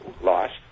lost